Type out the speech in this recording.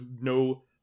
no